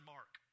Mark